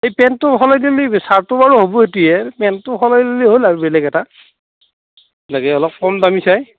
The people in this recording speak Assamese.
এই পেণ্টটো সলাই দিলে চাৰ্টটো বাৰু হ'ব সেইটোহে পেণ্টটো সলাই দিলে হ'ল আৰু বেলেগ এটা লাগে অলপ কম দামী চাই